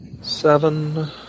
seven